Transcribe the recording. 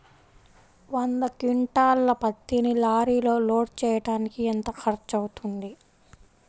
వంద క్వింటాళ్ల పత్తిని లారీలో లోడ్ చేయడానికి ఎంత ఖర్చవుతుంది?